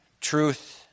Truth